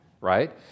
Right